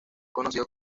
conocido